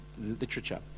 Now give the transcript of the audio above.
literature